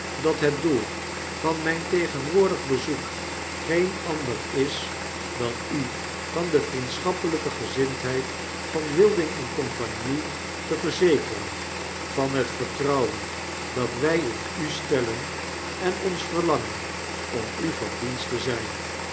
te zeggen dathetdoel van mijn tegenwoordig bezoek geen ander is dan u van de vriendschappelijke gezindheid van wilding en cie te verzekeren van het vertrouwen dat wij in u stellen en ons verlangen om u van dienst te zijn